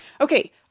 Okay